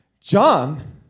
John